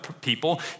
people